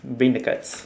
bring the cards